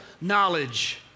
knowledge